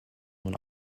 nun